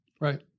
right